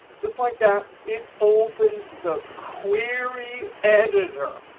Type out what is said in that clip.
just like that it opens the query editor.